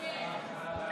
להעביר